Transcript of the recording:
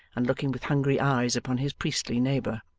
and looking with hungry eyes upon his priestly neighbour.